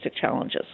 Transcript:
challenges